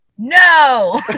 No